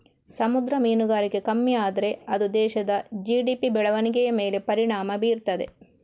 ಸಮುದ್ರ ಮೀನುಗಾರಿಕೆ ಕಮ್ಮಿ ಆದ್ರೆ ಅದು ದೇಶದ ಜಿ.ಡಿ.ಪಿ ಬೆಳವಣಿಗೆಯ ಮೇಲೆ ಪರಿಣಾಮ ಬೀರ್ತದೆ